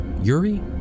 Yuri